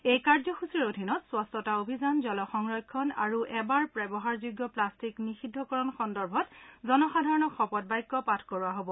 এই কাৰ্যসূচীৰ অধীনত স্বচ্ছতা অভিযান জল সংৰক্ষণ আৰু এবাৰ ব্যৱহাৰযোগ্য প্লাট্টিক নিষিদ্ধকৰণ সন্দৰ্ভত জনসাধাৰণক শপত বাক্য পাঠ কৰোৱা হ'ব